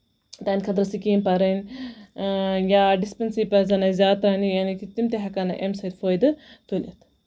تہٕنٛدِ خٲطرٕ سِکیٖم پَرٕنۍ یا ڈِسپینسٔری پَزَن اَسہِ زیادٕ پَہن یعنے تِم تہِ ہٮ۪کَن نہٕ اَمہِ سۭتۍ فٲیدٕ تُلِتھ